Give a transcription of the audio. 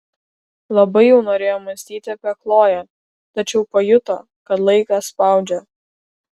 labai jau norėjo mąstyti apie chloję tačiau pajuto kad laikas spaudžia